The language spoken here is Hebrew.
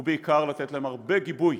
ובעיקר לתת להם הרבה גיבוי,